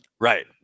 right